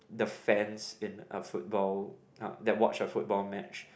the fans in a football uh that watch a football match